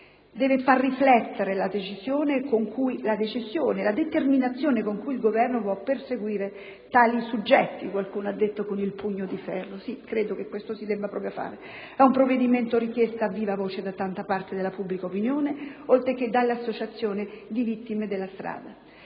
Deve far riflettere la determinazione con cui il Governo vuole perseguire tali soggetti; qualcuno ha detto con il pugno di ferro: sì, credo che questo si debba proprio fare. È un provvedimento richiesto a viva voce da tanta parte della pubblica opinione, oltre che dall'Associazione delle vittime della strada.